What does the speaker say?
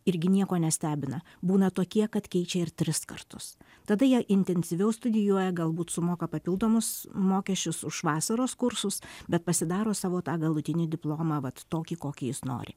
irgi nieko nestebina būna tokie kad keičia ir tris kartus tada jie intensyviau studijuoja galbūt sumoka papildomus mokesčius už vasaros kursus bet pasidaro savo tą galutinį diplomą vat tokį kokį jis nori